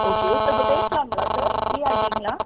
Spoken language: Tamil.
ஓகே சார் இப்போ பேசலாங்களா சார் ஃப்ரீயாக இருக்கீங்களா